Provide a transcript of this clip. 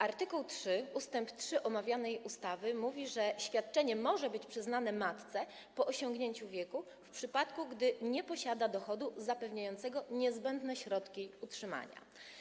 Art. 3 ust. 3 omawianej ustawy mówi, że świadczenie może być przyznane matce po osiągnięciu określonego wieku, w przypadku gdy nie posiada dochodu zapewniającego niezbędne środki utrzymania.